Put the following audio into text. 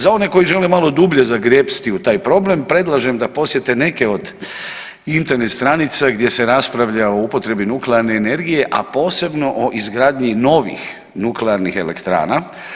Za one koji žele malo dublje zagrepsti u taj problem predlažem da posjete neke od Internet stranica gdje se raspravlja o upotrebi nuklearne energije, a posebno o izgradnji novih nuklearnih elektrana.